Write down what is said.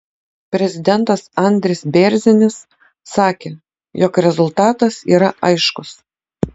prezidentas andris bėrzinis sakė jog rezultatas yra aiškus